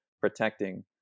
protecting